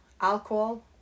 alcohol